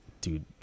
dude